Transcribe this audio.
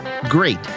great